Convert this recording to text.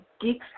geek's